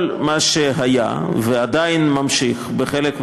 כל מה שהיה ועדיין נמשך, בוודאות.